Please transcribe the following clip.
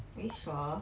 are you sure